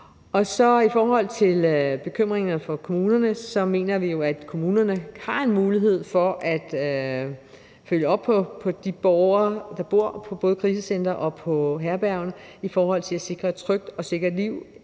I forhold til bekymringerne hos kommunerne mener vi jo, at kommunerne har en mulighed for at følge op på både de borgere, der bor på krisecentre og på herberg, i forhold til at sikre et trygt og sikkert liv